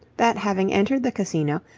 that, having entered the casino,